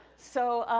so,